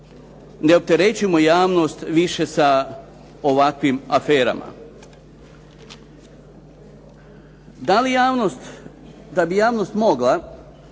ne opterećujmo javnost više sa ovakvim aferama. Da bi javnost mogla